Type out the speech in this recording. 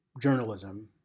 journalism